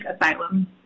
asylum